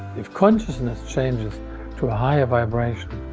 if consciousness changes to a higher vibration,